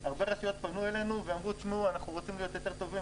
הרבה רשויות פנו אלינו אמרו: אנחנו רוצים להיות טובות יותר,